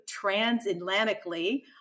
transatlantically